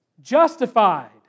justified